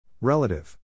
Relative